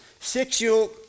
sexual